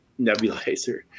nebulizer